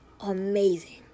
amazing